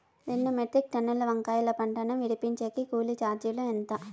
రెండు మెట్రిక్ టన్నుల వంకాయల పంట ను విడిపించేకి కూలీ చార్జీలు ఎంత?